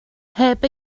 heb